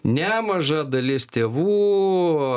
nemaža dalis tėvų